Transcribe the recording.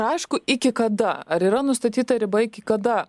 aišku iki kada ar yra nustatyta riba iki kada